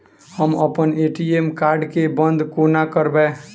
हम अप्पन ATM card केँ बंद कोना करेबै?